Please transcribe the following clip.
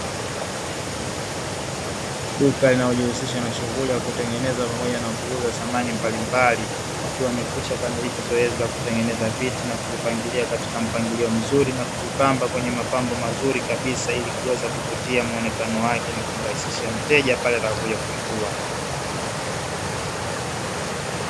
Duka linalojihusisha na shughuli ya kutengeneza pamoja na kuuza samani mbalimbali, wakiwa wamekwisha kukamilisha zoezi la kutengeneza viti na kuvipangilia katika mpangilio mzuri na kuvipamba kwenye mapambo mazuri kabisa ili kuweza kuvutia muonekano wake na kumrahisishia mteja pale atakapokuja kuchukua.